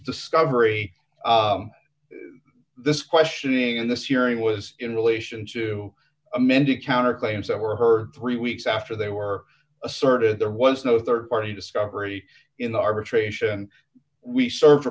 discovery this questioning in this hearing was in relation to amended counterclaims that were her three weeks after they were asserted there was no rd party discovery in the arbitration we serve